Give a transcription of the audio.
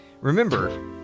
Remember